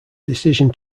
decision